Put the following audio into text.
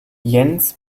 jens